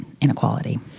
inequality